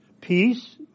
Peace